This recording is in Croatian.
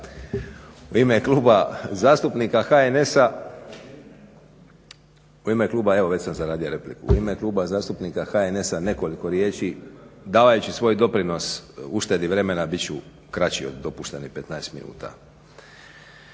U ime Kluba zastupnika HNS-a nekoliko riječi davajući svoj doprinos uštedi vremena bit ću kraći od dopuštenih 15 minuta.